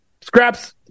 scraps